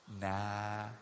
nah